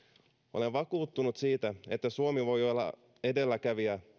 olen vakuuttunut siitä että suomi voi olla edelläkävijä